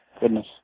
Goodness